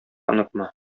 онытма